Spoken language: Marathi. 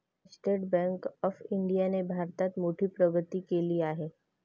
स्टेट बँक ऑफ इंडियाने भारतात मोठी प्रगती केली आहे